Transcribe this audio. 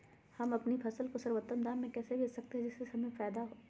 हम अपनी फसल को सर्वोत्तम दाम में कैसे बेच सकते हैं जिससे हमें फायदा हो?